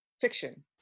fiction